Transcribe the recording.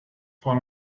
for